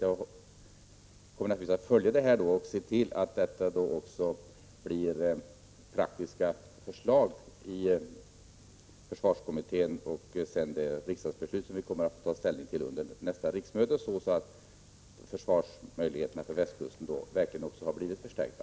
Jag kommer naturligtvis att följa frågans fortsatta behandling och se till att det kommer praktiska förslag från försvarskommittén som vi får ta ställning till under nästa riksmöte, så att möjligheterna att försvara västkusten blir förstärkta.